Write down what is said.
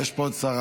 ענית לי שיש.